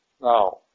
now